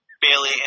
Bailey